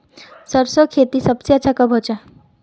सरसों खेती सबसे अच्छा कब होचे?